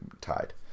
tied